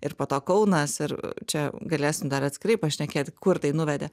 ir po to kaunas ir čia galėsim dar atskirai pašnekėt kur tai nuvedė